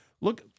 look